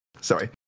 Sorry